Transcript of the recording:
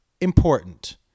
important